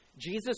Jesus